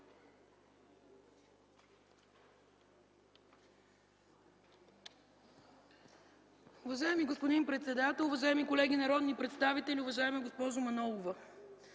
Уважаеми господин председател, уважаеми колеги народни представители, уважаема госпожо Манолова!